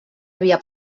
havia